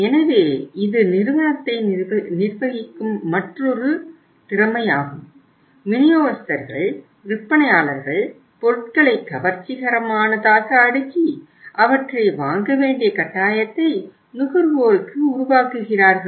எனவே இது நிறுவனத்தை நிர்வகிக்கும் மற்றொரு திறமையாகும் விநியோகஸ்தர்கள் விற்பனையாளர்கள் பொருட்களை கவர்ச்சிகரமானதாக அடுக்கி அவற்றை வாங்க வேண்டிய கட்டாயத்தை நுகர்வோருக்கு உருவாக்குகிறார்கள்